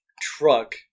truck